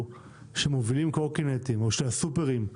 שמובילים קורקינטים כמו שבסופרמרקטים?